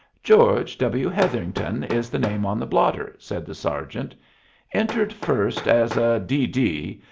george w. hetherington is the name on the blotter, said the sergeant entered first as a d. d,